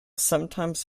sometimes